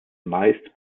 meist